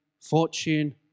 fortune